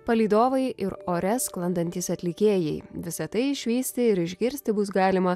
palydovai ir ore sklandantys atlikėjai visa tai išvysti ir išgirsti bus galima